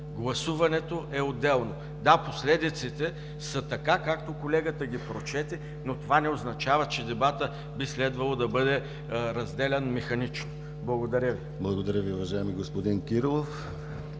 гласуването е отделно. Да, последиците са така, както колегата ги прочете, но това не означава, че дебатът би следвало да бъде разделян механично. Благодаря Ви. ПРЕДСЕДАТЕЛ ДИМИТЪР ГЛАВЧЕВ: Благодаря Ви, уважаеми господин Кирилов.